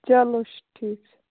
چلو ٹھیٖک چھُ